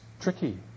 tricky